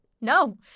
No